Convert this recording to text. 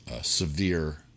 severe